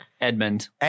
Edmund